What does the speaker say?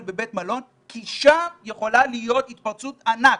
בבית מלון כי שם יכולה להיות התפרצות ענק.